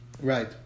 Right